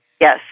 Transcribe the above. Yes